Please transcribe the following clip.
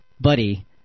buddy